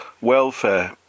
welfare